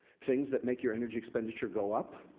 things that make your energy expenditure go up,